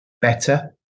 better